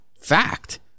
fact